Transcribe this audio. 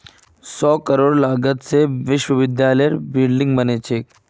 सौ करोड़ लागत से विश्वविद्यालयत बिल्डिंग बने छे